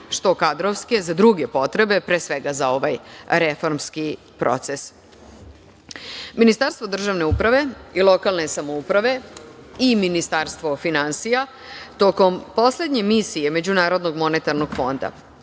što kadrovske za druge potrebe, pre svega za ovaj reformski proces. Ministarstvo državne uprave i lokalne samouprave i Ministarstvo finansija tokom poslednje misije MMF upoznali su